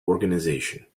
organization